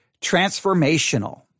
transformational